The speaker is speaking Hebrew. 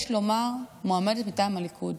יש לומר, מועמדת מטעם הליכוד,